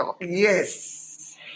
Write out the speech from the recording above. yes